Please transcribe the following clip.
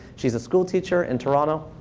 she's a schoolteacher in toronto.